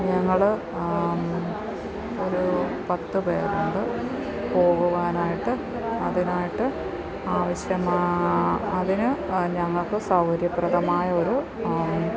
ഞങ്ങൾ ഒരു പത്തു പേരുണ്ട് പോകുവാനായിട്ട് അതിനായിട്ട് ആവശ്യമായ അതിന് ഞങ്ങൾക്ക് സൗകര്യപ്രദമായ ഒരു